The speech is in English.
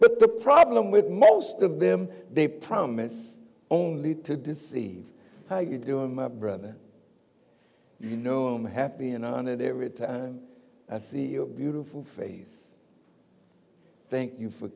but the problem with most of them they promise only to deceive how you doing my brother you know i'm happy and on it there is a c e o a beautiful face thank you for